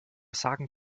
sagen